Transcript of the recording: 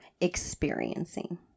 experiencing